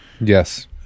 Yes